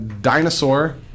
Dinosaur